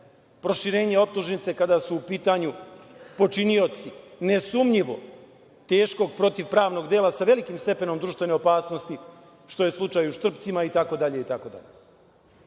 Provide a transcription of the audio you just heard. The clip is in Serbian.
proširenje optužnice kada su u pitanju počinioci nesumnjivo teškog protivpravnog dela sa velikim stepenom društvene opasnosti, što je slučaj u Štrpcima, itd,